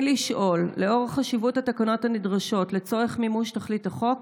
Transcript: לשאול: לאור חשיבות התקנות הנדרשות לצורך מימוש תכלית החוק,